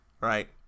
right